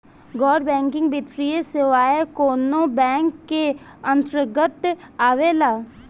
गैर बैंकिंग वित्तीय सेवाएं कोने बैंक के अन्तरगत आवेअला?